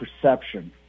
perception